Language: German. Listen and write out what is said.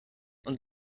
und